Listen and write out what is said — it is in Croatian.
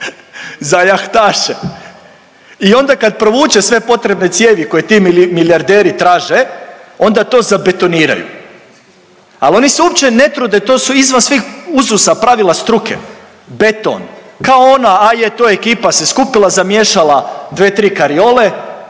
za jahtaše i onda kad provuče sve potrebne cijevi koje ti milijardi traže onda to zabetoniraju. Ali oni se uopće ne trude, to su izvan svih uzusa pravila struke beton, kao ona A je to ekipa se skupila, zamiješala dve, tri kariole